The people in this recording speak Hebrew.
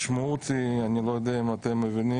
המשמעות היא אני לא יודע אם אתם מבינים